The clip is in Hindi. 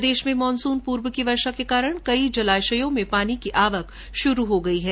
प्रदेश में मानसून पूर्व की वर्षा के कारण कई जलाशयों में पानी की आवक शुरू हो गई है